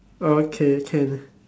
okay can